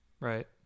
Right